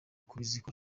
kuzikora